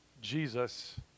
Jesus